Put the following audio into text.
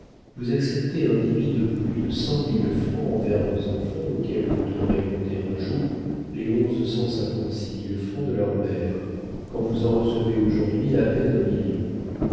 vous acceptez un débet de plus de cent mille francs envers vos enfants auxquels vous devrez compter un jour les onze cent cinquante-six mille francs de leur mère quand vous en recevez aujourd'hui à peine un million